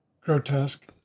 Grotesque